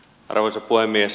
arvoisa puhemies